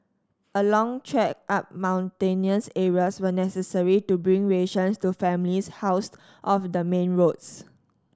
a long trek up mountainous areas were necessary to bring rations to families housed off the main roads